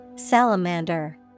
Salamander